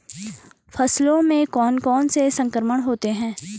फसलों में कौन कौन से संक्रमण होते हैं?